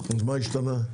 אז מה השתנה?